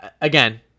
again